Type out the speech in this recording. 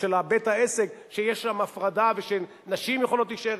בית-העסק שיש שם הפרדה ושנשים יכולות להישאר,